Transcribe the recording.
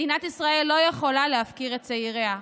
מדינת ישראל לא יכולה להפקיר את צעיריה.